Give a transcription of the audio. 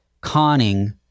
conning